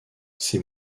ces